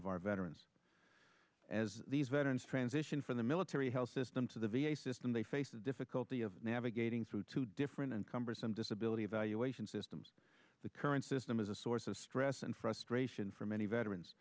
of our veterans as these veterans transition from the military health system to the v a system they face the difficulty of navigating through two different and cumbersome disability evaluation systems the current system is a source of stress and frustration for many veterans